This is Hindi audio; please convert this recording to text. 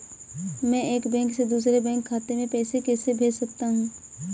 मैं एक बैंक से दूसरे बैंक खाते में पैसे कैसे भेज सकता हूँ?